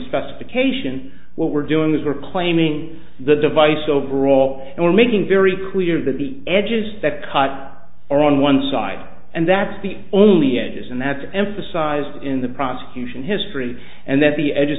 specification what we're doing is we're claiming the device overall and we're making very clear that the edges that cut are on one side and that's the only edges and that's emphasized in the prosecution history and that's the edges